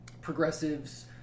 progressives